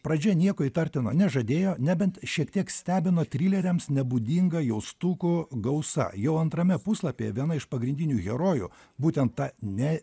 pradžia nieko įtartino nežadėjo nebent šiek tiek stebino trileriams nebūdinga jaustukų gausa jau antrame puslapyje viena iš pagrindinių herojų būtent ta ne